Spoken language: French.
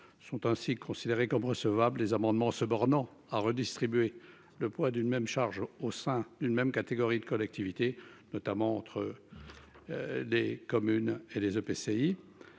sont ainsi considérées comme recevables les amendements se bornant à redistribuer le poids d'une même charge au sein d'une même catégorie de collectivités notamment entre. Les communes et les EPCI.